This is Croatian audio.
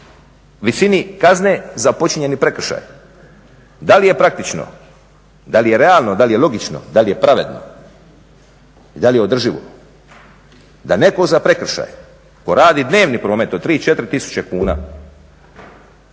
visini kazne za počinjeni prekršaj. Da li je praktično da li je realno, da li je logično, da li je pravedno i da li je održivo da netko za prekršaj tko radi dnevni promet od 3, 4 tisuća kuna